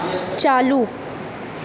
چالو